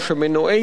חבר הכנסת